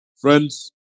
Friends